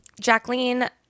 Jacqueline